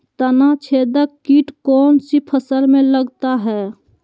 तनाछेदक किट कौन सी फसल में लगता है?